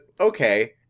okay